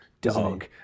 dog